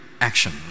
action